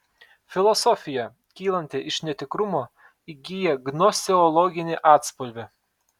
filosofija kylanti iš netikrumo įgyja gnoseologinį atspalvį